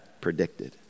predicted